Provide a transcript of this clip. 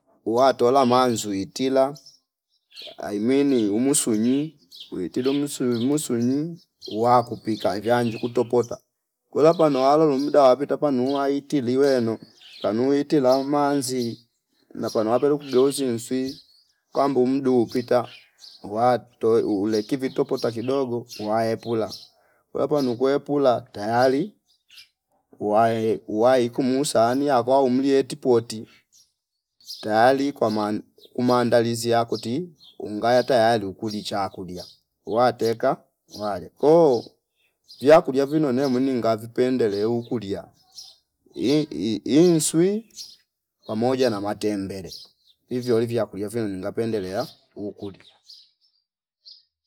Uwatola manzwi uitila aimini umusunyi uitila musu musunyi uwa kupika vyanji kutopota kula pano walola mdaa wapita panuwa itiliweno panu uitili la umanzi na panu wapele kugeuzi inswi kwamba umdo upita wato ule kivitopota kidogo waepula we panwe kwepula tayari wae- waeikumusa sahani ya kwaumlia itipoti tayari kwaman kumaandalizi yakoti ungaya tayali ukuli chakulia wateka wale, ko vyakulia vino ne muni nga vipendele ukulia ii- ii- iinswi pamoja na matembele vivyo ivyakulia vino ninga pendelea ukulia